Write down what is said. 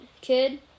Kid